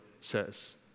says